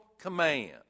command